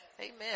Amen